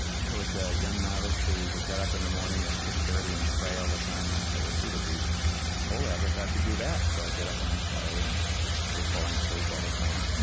there was a young novice who would get up in the morning at six thirty and pray all the time. and i thought, well, gee, to be holy, i guess i have to do that. so i'd get up, and i'd pray, and i was falling asleep all the time.